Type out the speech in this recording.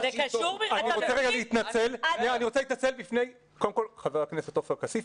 אני רוצה להתנצל בפני קודם כל חבר הכנסת עופר כסיף.